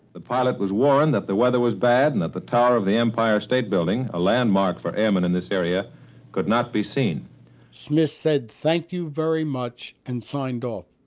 the pilot was warned that the weather was bad and that the tower of the empire state building, a landmark for airmen in this area could not be seen smith said, thank you very much, and signed off.